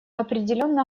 определенно